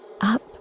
up